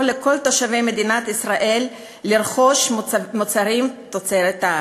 לכל תושבי מדינת ישראל לרכוש מוצרים תוצרת הארץ,